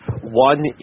One